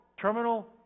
terminal